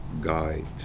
guide